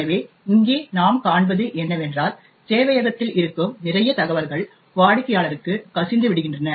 எனவே இங்கே நாம் காண்பது என்னவென்றால் சேவையகத்தில் இருக்கும் நிறைய தகவல்கள் வாடிக்கையாளருக்கு கசிந்து விடுகின்றன